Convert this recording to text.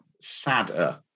sadder